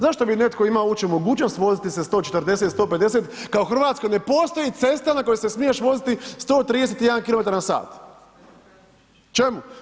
Zašto bi netko imao uopće mogućnost voziti se 140, 150 kada u Hrvatskoj ne postoji cesta na kojoj se smiješ voziti 131 km/h. Čemu?